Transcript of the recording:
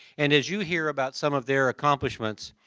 and as you hear about some of their accomplishments,